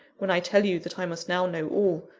when i tell you that i must now know all.